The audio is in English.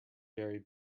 very